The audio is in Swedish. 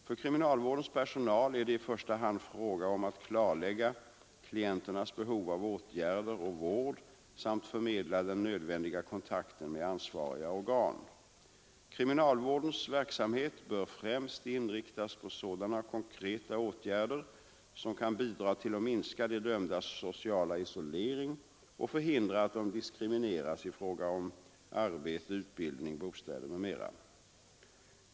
För kriminalvårdens personal är det i första hand fråga om att klarlägga klienternas behov av åtgärder och vård samt förmedla den nödvändiga kontakten med ansvariga organ. Kriminalvårdens verksamhet bör främst inriktas på sådana konkreta åtgärder som kan bidra till att minska de dömdas sociala isolering och förhindra att de diskrimineras i fråga om arbete, utbildning, bostäder m.m.